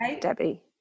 Debbie